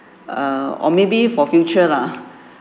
err or maybe for future lah